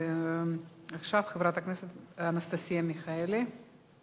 ועכשיו, חברת הכנסת אנסטסיה מיכאלי.